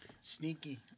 Sneaky